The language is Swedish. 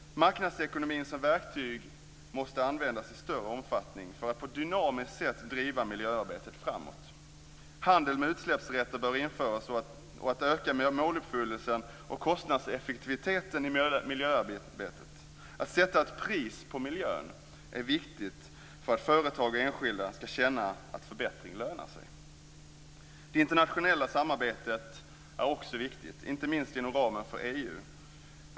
Marknadsekonomin som verktyg måste användas i större omfattning för att på ett dynamiskt sätt driva miljöarbetet framåt. Handel med utsläppsrätter bör införas för att öka måluppfyllelsen och kostnadseffektiviteten i miljöarbetet. Att sätta ett pris på miljön är viktigt för att företag och enskilda ska känna att förbättring lönar sig. Det internationella samarbetet är också viktigt, inte minst inom ramen för EU.